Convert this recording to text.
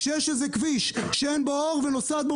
כשיש איזה כביש שאין בו אור ונוסעת בו